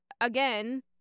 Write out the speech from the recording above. again